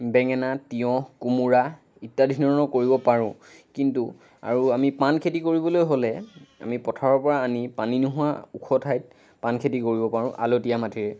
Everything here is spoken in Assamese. বেঙেনা তিয়ঁহ কোমোৰা ইত্যাদি ধৰণৰ কৰিব পাৰোঁ কিন্তু আৰু আমি পাণ খেতি কৰিবলৈ হ'লে আমি পথাৰৰ পৰা আনি পানী নোহোৱা ওখ ঠাইত পাণ খেতি কৰিব পাৰোঁ আলতীয়া মাটিৰে